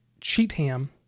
Cheatham